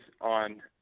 on